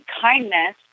kindness